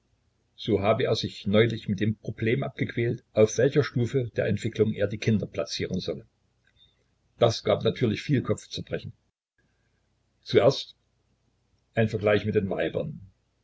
so habe er sich neulich mit dem problem abgequält auf welcher stufe der entwicklung er die kinder plazieren solle das gab natürlich viel kopfzerbrechen zuerst ein vergleich mit den weibern